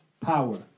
power